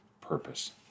purpose